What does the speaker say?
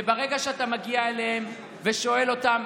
וברגע שאתה מגיע אליהם ושואל אותם